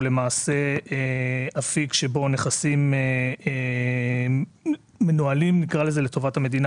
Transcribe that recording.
למעשה אפיק שבו הנכסים מנוהלים לטובת המדינה.